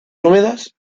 húmedas